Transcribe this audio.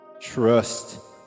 Trust